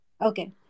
Okay